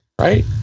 Right